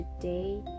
today